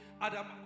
Adam